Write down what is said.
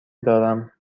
دارم